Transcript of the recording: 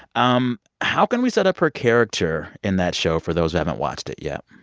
um how can we set up her character in that show for those who haven't watched it yet?